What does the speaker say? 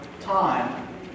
time